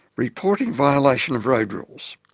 reporting violation of road rules.